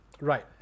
Right